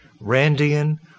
Randian